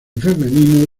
femenino